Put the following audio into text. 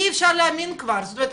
אי אפשר להאמין כבר, זאת אומרת